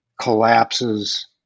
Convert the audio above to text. collapses